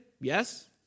Yes